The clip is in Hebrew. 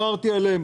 אמרתי עליהם